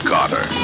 Carter